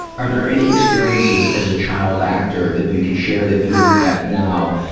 are there any experiences as a child actor that you can share that you look back now,